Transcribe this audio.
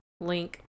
link